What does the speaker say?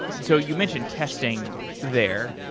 so you mentioned testing there.